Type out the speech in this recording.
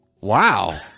Wow